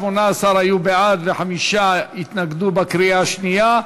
18 היו בעד וחמישה התנגדו בקריאה השנייה.